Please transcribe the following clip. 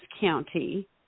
County